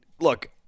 look